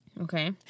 Okay